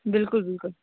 ਬਿਲਕੁਲ ਬਿਲਕੁਲ